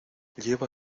lleva